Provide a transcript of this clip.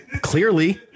Clearly